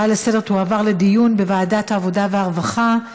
ההצעה לסדר-היום תועבר לדיון בוועדת העבודה והרווחה.